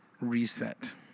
reset